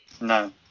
no